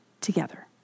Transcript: together